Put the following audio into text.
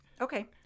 Okay